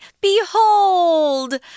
behold